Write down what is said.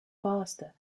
faster